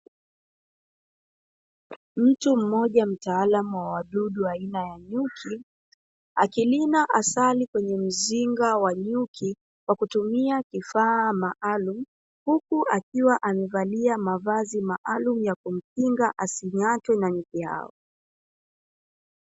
Mtu mmoja mtaalamu wa wadudu aina ya nyuki akirina asali kwenye mzinga wa nyuki, kwa kutumia kifaa maalumu huku akiwa amevalia mavazi maalumu ya kujikinga asing`atwe na nyuki hao.